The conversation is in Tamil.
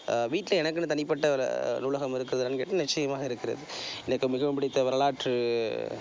வீட்டில் எனக்குன்னு தனிப்பட்ட ஒரு நூலகம் இருக்குதா என்னன் கேட்டிங்கனா நிச்சியமாக இருக்கிறது எனக்கு மிகவும் பிடித்த வரலாற்று